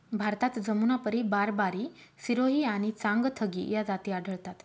भारतात जमुनापारी, बारबारी, सिरोही आणि चांगथगी या जाती आढळतात